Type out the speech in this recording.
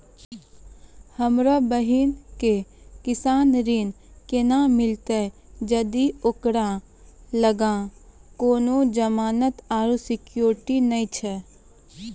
हमरो बहिनो के कृषि ऋण केना मिलतै जदि ओकरा लगां कोनो जमानत आरु सिक्योरिटी नै छै?